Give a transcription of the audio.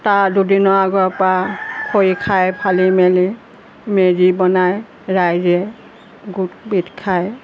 তাৰ দুদিনৰ আগৰপৰা খৰি খাই ফালি মেলি মেজি বনাই ৰাইজে গোট পিত খায়